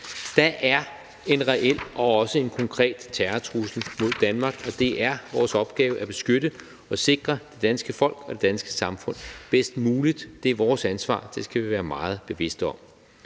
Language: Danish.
Der er en reel og også en konkret terrortrussel mod Danmark, og det er vores opgave at beskytte og sikre det danske folk og det danske samfund bedst muligt. Det er vores ansvar, og det skal vi være os meget bevidst.